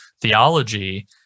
theology—